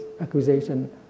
accusation